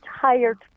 tired